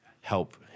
help